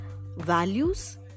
values